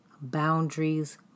Boundaries